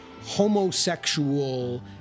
homosexual